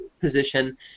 position